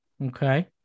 Okay